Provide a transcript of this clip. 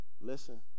Listen